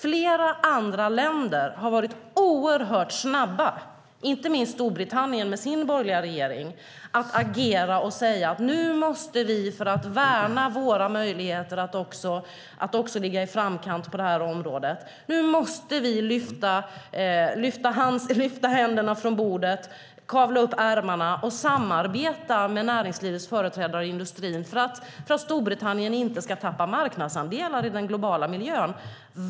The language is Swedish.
Flera andra länder har varit väldigt snabba, inte minst Storbritannien med sin borgerliga regering, att agera och säga: Nu måste vi för att värna våra möjligheter att ligga i framkant på det här området lyfta händerna från bordet, kavla upp ärmarna och samarbeta med näringslivets företrädare och industrin för att Storbritannien inte ska tappa marknadsandelar i den globala miljön.